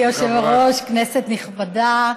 אדוני היושב-ראש, כנסת נכבדה.